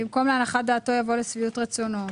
במקום "להנחת דעתו" יבוא "לשביעות רצונו".